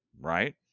right